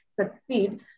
succeed